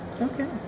Okay